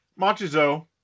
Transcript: Machizo